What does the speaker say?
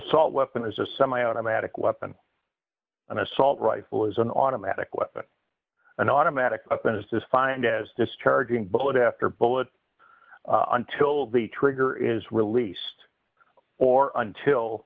assault weapon is a semi automatic weapon an assault rifle is an automatic weapon an automatic weapon is defined as discharging bullet after bullet until the trigger is released or until